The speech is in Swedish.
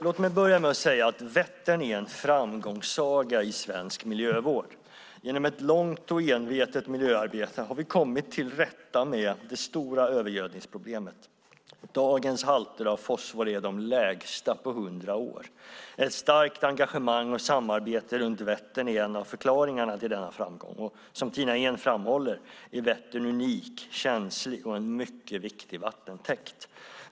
Vättern är en framgångssaga i svensk miljövård. Genom ett långt och envetet miljöarbete har vi har kommit till rätta med det stora övergödningsproblemet. Dagens halter av fosfor är de lägsta på 100 år. Ett starkt engagemang och samarbete runt Vättern är en av förklaringarna till denna framgång. Som Tina Ehn framhåller är Vättern unik, känslig och en mycket viktig vattentäkt.